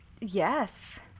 Yes